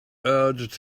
urged